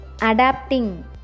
adapting